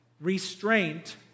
restraint